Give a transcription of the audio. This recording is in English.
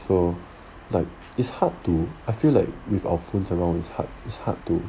so like it's hard to I feel like with our phones around it's hard it's hard to